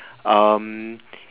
um